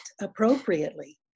appropriately